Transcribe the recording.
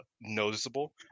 noticeable